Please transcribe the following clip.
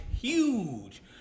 huge